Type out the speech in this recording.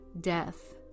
death